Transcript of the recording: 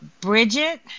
Bridget